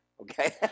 okay